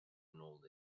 old